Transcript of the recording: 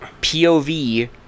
pov